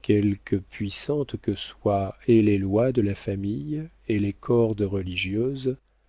quelque puissantes que soient et les lois de la famille et les cordes religieuses